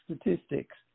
statistics